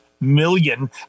million